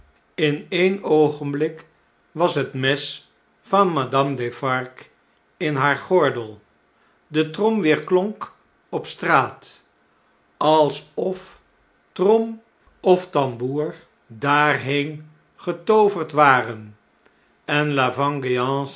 in een oogenblik was het mes van madame defarge in haar gordel de trom weerklonk op straat alsof trom of tamboer daarheen getooverd waren en